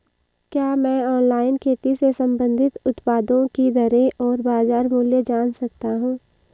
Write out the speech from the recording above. क्या मैं ऑनलाइन खेती से संबंधित उत्पादों की दरें और बाज़ार मूल्य जान सकता हूँ?